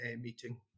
meeting